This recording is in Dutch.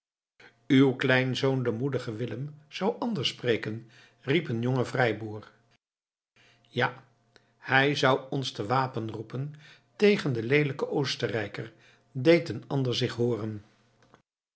uw kleinzoon de moedige willem zou anders spreken riep een jonge vrijboer ja hij zou ons te wapen roepen tegen den leelijken oostenrijker deed een ander zich hooren